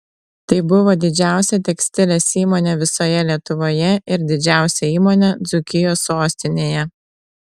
tai buvo didžiausia tekstilės įmonė visoje lietuvoje ir didžiausia įmonė dzūkijos sostinėje